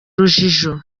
rujijo